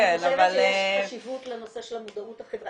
אני חושבת שיש חשיבות לנושא של המודעות החברתית.